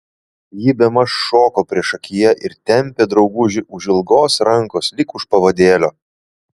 ji bemaž šoko priešakyje ir tempė draugužį už ilgos rankos lyg už pavadėlio